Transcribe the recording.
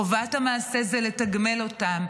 חובת המעשה זה לתגמל אותם,